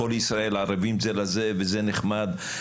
כל ישראל ערבים זה לזה וזה נחמד,